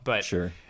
sure